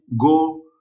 go